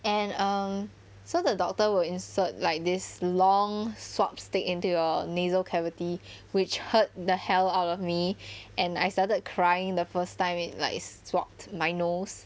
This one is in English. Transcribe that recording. and um so the doctor will insert like this long swab stick into your nasal cavity which hurt the hell out of me and I started crying the first time it like swabbed my nose